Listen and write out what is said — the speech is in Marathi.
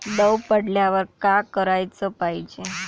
दव पडल्यावर का कराच पायजे?